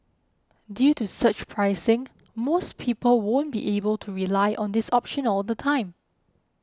due to surge pricing most people won't be able to rely on this option all the time